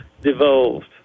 devolved